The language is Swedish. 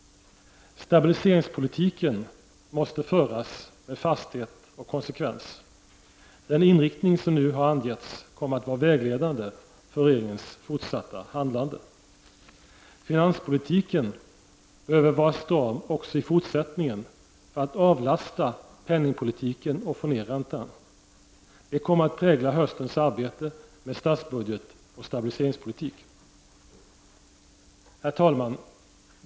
Stabiliseringspolitiken måste föras med fasthet och konsekvens. Den inriktning som nu har angetts kommer att vara vägledande för regeringens fortsatta handlande. Finanspolitiken behöver vara stram också i fortsättningen, för att avlasta penningpolitiken och få ner räntan. Detta kommer att prägla höstens arbete med statsbudget och stabiliseringspolitik. Herr talman!